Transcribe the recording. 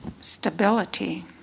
stability